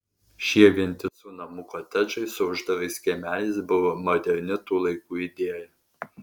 šie vientisų namų kotedžai su uždarais kiemeliais buvo moderni tų laikų idėja